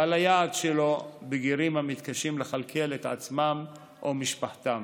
קהל היעד שלו: בגירים המתקשים לכלכל את עצמם או את משפחתם.